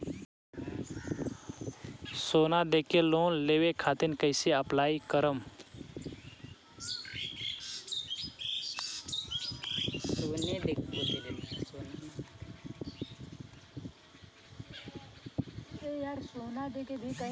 सोना देके लोन लेवे खातिर कैसे अप्लाई करम?